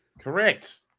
Correct